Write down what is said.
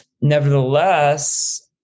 Nevertheless